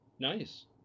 Nice